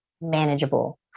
manageable